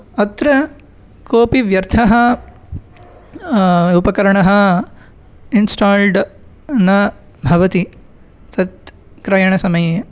अत्र कोपि व्यर्थः उपकरणः इन्स्टाल्ड् न भवति तत् क्रयणसमये